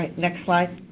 next slide.